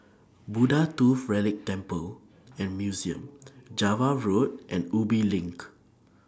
Buddha Tooth Relic Temple and Museum Java Road and Ubi LINK